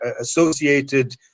associated